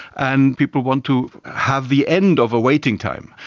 and people want to have the end of a waiting time.